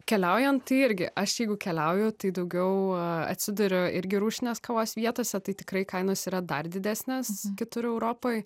keliaujant tai irgi aš jeigu keliauju tai daugiau atsiduriu irgi rūšinės kavos vietose tai tikrai kainos yra dar didesnės kitur europoj